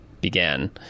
began